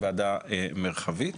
ועדה מרחבית.